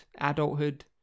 adulthood